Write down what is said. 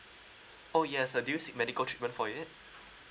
oh yes uh do you seek medical treatment for it